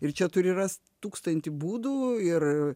ir čia turi rast tūkstantį būdų ir